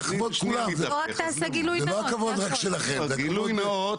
רק תעשה גילוי נאות.